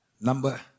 Number